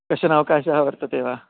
कश्चनः अवकाशः वर्तते वा